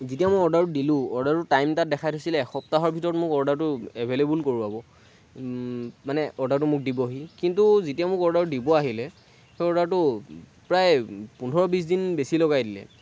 যেতিয়া মই অৰ্ডাৰটো দিলোঁ অৰ্ডাৰটোত টাইম তাত দেখাই থৈছিলে এসপ্তাহৰ ভিতৰত মোক অৰ্ডাৰটো এভেইলেবল কৰোৱাব মানে অৰ্ডাৰটো মোক দিবহি কিন্তু যেতিয়া মোক অৰ্ডাৰটো দিব আহিলে সেই অৰ্ডাৰটো প্ৰায় পোন্ধৰ বিশ দিন বেছি লগাই দিলে